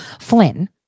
Flynn